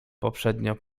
poprzednio